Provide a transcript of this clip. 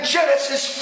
Genesis